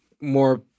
more